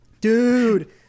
Dude